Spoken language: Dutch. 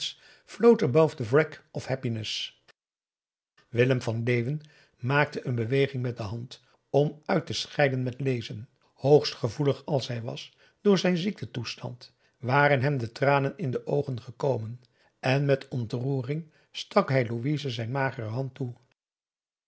the wreck of happiness willem van leeuwen maakte een beweging met de hand om uit te scheiden met lezen hoogst gevoelig als hij was door zijn ziektetoestand waren hem de tranen in de oogen gekomen en met ontroering stak hij louise zijn magere hand toe